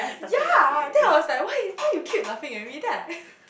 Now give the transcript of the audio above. yea then I was like why you why you keep laughing at me then I